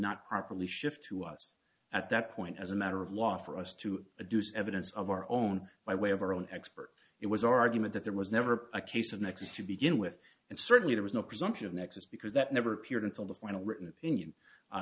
not properly shift to us at that point as a matter of law for us to a duce evidence of our own by way of our own expert it was argument that there was never a case of next to begin with and certainly there was no presumption of nexus because that never appeared until the final written opinion